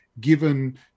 given